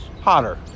Hotter